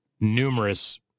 numerous